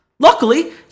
Luckily